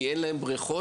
כי אין להם בריכות.